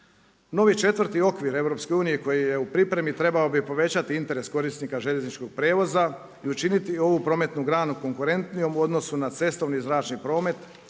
Novi četvrti okvir EU koji je u pripremi trebao bi povećati interes korisnika željezničkog prijevoza i učiniti ovu prometnu granu konkurentnijom u odnosu na cestovni i zračni promet,